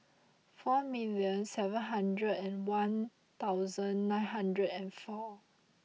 four million seven hundred and one thousand nine hundred and four